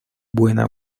buena